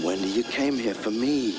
when you came here for me